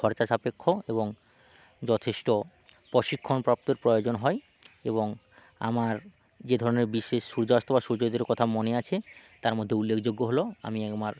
খরচা সাপেক্ষ এবং যথেষ্ট প্রশিক্ষণ প্রাপ্তের প্রয়োজন হয় এবং আমার যে ধরনের বিশেষ সূর্যাস্ত বা সূর্যোদয়ের কথা মনে আছে তার মদ্যে উল্লেখযোগ্য হলো আমি আমি একবার